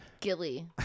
Gilly